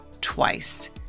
twice